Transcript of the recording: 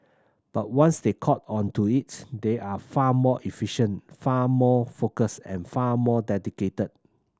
but once they catch on to it they are far more efficient far more focused and far more dedicated